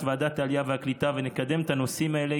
ועדת העלייה והקליטה ונקדם את הנושאים האלה,